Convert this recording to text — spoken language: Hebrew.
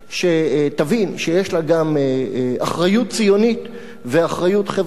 תבין שיש לה גם אחריות ציונית ואחריות